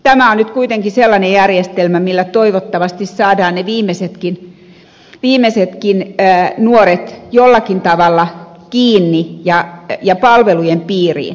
tämä on nyt kuitenkin sellainen järjestelmä millä toivottavasti saadaan ne viimeisetkin nuoret jollakin tavalla kiinni ja palveluiden piiriin